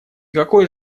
какой